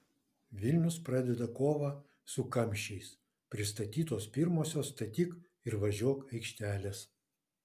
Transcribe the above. vilnius pradeda kovą su kamščiais pristatytos pirmosios statyk ir važiuok aikštelės